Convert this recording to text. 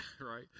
right